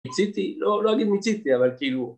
‫מיציתי, לא להגיד מיציתי אבל כאילו...